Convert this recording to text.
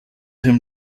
him